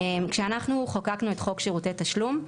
כשאנחנו חוקקנו את חוק שירותי תשלום,